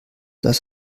das